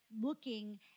looking